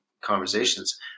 conversations